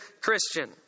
Christian